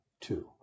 two